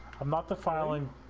um about the filing